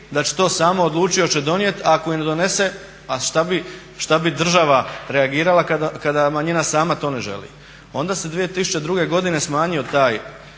da će to samo odlučit hoće li donijeti. Ako i ne donese, a šta bi država reagirala kada manjina sama to ne želi. Onda se 2002. godine smanjio taj